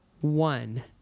one